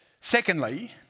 Secondly